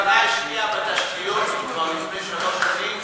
המדינה השקיעה בתשתיות כבר לפני שלוש שנים